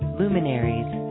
luminaries